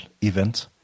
event